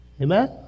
Amen